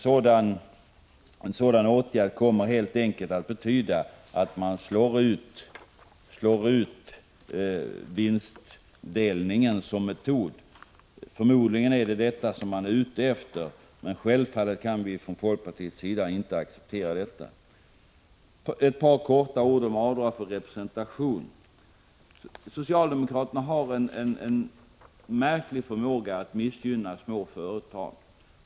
En sådan åtgärd kommer helt enkelt att betyda att vinstdelningen slås ut som metod. Förmodligen är regeringen ute efter detta. Men självfallet kan vi från folkpartiets sida inte acceptera det. Så några ord om avdrag för representation. Socialdemokraterna har en märklig förmåga att missgynna små företag.